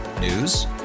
News